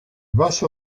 vaso